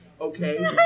okay